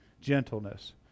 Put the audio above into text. gentleness